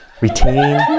Retain